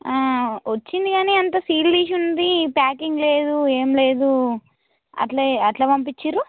వచ్చింది కానీ అంత సీల్ తీసి ఉంది ప్యాకింగ్ లేదు ఏమి లేదు అట్ల అట్లా పంపించిర్రు